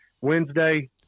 Wednesday